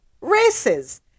races